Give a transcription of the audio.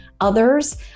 others